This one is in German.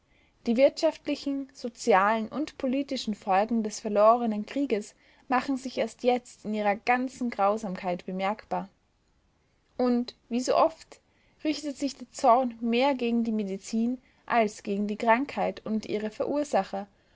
die wirtschaftlichen sozialen und politischen folgen des verlorenen krieges machen sich erst jetzt in ihrer ganzen grausamkeit bemerkbar und wie so oft richtet sich der zorn mehr gegen die medizin als gegen die krankheit und ihre verursacher